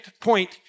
point